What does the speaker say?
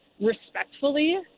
respectfully